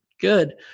good